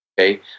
Okay